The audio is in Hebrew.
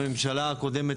הממשלה הקודמת,